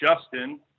Justin